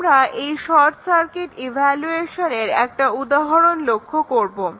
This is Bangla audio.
আমরা এই শর্ট সার্কিট ইভ্যালুয়েশনের একটা উদাহরণ লক্ষ্য করবো